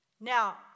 Now